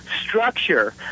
structure